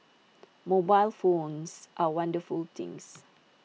mobile phones are wonderful things